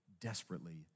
desperately